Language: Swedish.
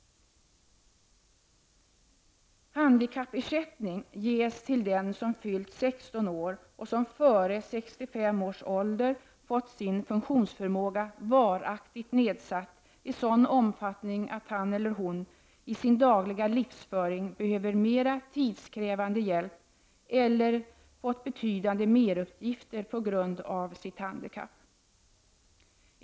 Handikappersättning ges till den som fyllt 16 år och som före 65 års ålder fått sin funktionsförmåga varaktigt nedsatt i sådan omfattning att han eller hon i sin dagliga livsföring behöver mera tidskrävande hjälp eller fått betydande merutgifter på grund av sitt handikapp.